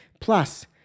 Plus